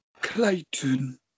Clayton